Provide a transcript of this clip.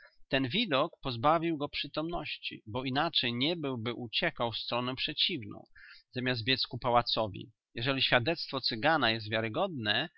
ten widok pozbawił go przytomności bo inaczej nie byłby uciekał w stronę przeciwną zamiast biedz ku pałacowi jeżeli świadectwo cygana jest wiarogodne